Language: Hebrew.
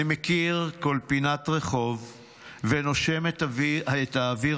אני מכיר כל פינת רחוב ונושם את האוויר